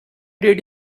did